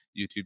YouTube